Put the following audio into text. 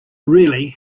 really